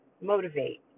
motivate